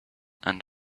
and